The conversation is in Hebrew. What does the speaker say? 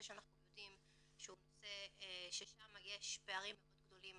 שאנחנו יודעים שהוא נושא ששם יש פערים מאוד גדולים